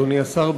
אדוני השר,